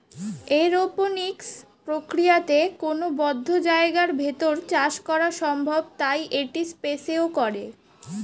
aeroponics প্রক্রিয়াতে কোনো বদ্ধ জায়গার ভেতর চাষ করা সম্ভব তাই এটি স্পেসেও করে